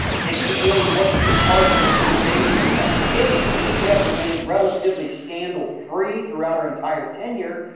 nikki haley wasn't the target of any major investigation, she had remained relatively scandal-free throughout her entire tenure,